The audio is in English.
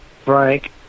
Frank